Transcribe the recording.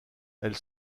elle